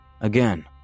Again